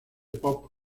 pop